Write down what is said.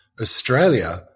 Australia